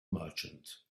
merchant